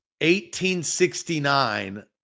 1869